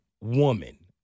woman